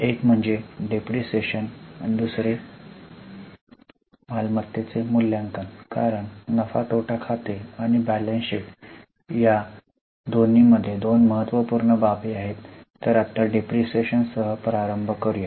एक म्हणजे डिप्रीशीएशन आणि दुसरे मालमत्तेचे मूल्यांकन कारण नफा आणि तोटा खाते आणि बैलन्स शीट या दोन्हीमध्ये या दोन महत्त्वपूर्ण बाबी आहेत तर आत्ता डिप्रीशीएशन सह प्रारंभ करूया